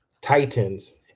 Titans